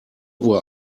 uhr